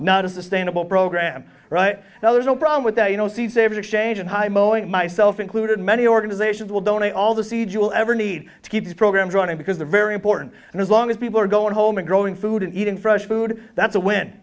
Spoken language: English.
not a sustainable program right now there's no problem with that you know seed saving exchange and myself included many organizations will donate all the seed you will ever need to keep these programs running because they're very important and as long as people are going home and growing food and eating fresh food that's a win